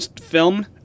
film